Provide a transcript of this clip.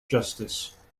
justice